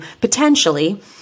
potentially